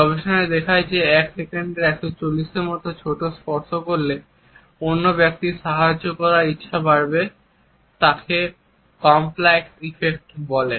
গবেষণা দেখায় যে এক সেকেন্ডের 140 এর মতো ছোট স্পর্শ করলে অন্য ব্যক্তির সাহায্য করার ইচ্ছা বাড়বে তাকে কমপ্লায়েন্স ইফেক্ট বলে